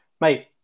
mate